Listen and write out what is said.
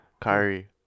Kyrie